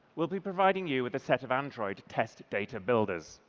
we'll be providing you with a set of android test data builders.